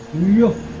you